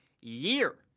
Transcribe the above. year